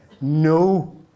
no